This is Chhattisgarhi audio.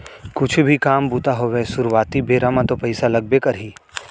कुछु भी काम बूता होवय सुरुवाती बेरा म तो पइसा लगबे करही